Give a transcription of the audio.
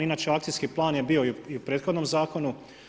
Inače akcijski plan je bio i u prethodnom zakonu.